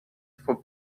for